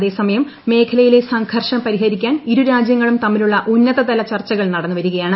അതേസമയം മേഖലയിലെ സംഘർഷം പരിഹരിക്കാൻ ഇരു രാജ്യങ്ങളും തമ്മിലുള്ള ഉന്നതതല ചർച്ചുകൾ നടന്നു വരികയാണ്